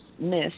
miss